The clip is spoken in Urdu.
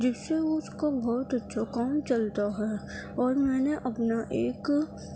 جس سے وہ اس کا بہت اچھا کام چلتا ہے اور میں نے اپنا ایک